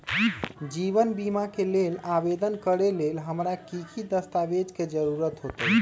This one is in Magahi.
जीवन बीमा के लेल आवेदन करे लेल हमरा की की दस्तावेज के जरूरत होतई?